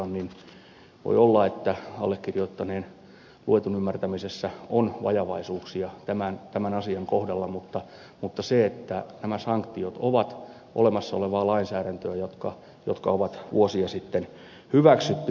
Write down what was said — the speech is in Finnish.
voi olla että allekirjoittaneen luetun ymmärtämisessä on vajavaisuuksia tämän asian kohdalla mutta sanktiot ovat olemassa olevaa lainsäädäntöä ja ne ovat vuosia sitten hyväksyttyjä